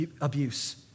abuse